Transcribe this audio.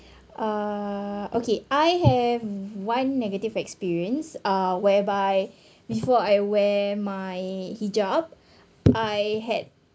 uh okay I have one negative experience uh whereby before I wear my hijab I had hair